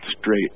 straight